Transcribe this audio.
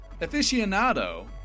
aficionado